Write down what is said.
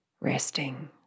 resting